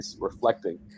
reflecting